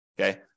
Okay